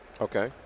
Okay